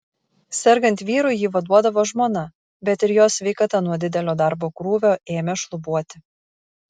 sergant vyrui jį vaduodavo žmona bet ir jos sveikata nuo didelio darbo krūvio ėmė šlubuoti